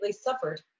suffered